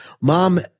mom